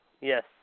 Yes